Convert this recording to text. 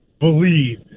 believe